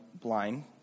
blind